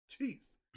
jeez